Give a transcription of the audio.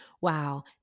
wow